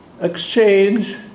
exchange